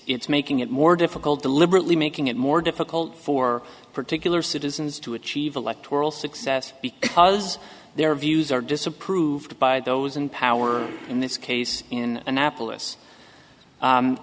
it's making it more difficult deliberately making it more difficult for particular citizens to achieve electoral success because their views are disapproved by those in power in this case in annapolis